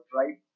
right